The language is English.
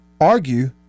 argue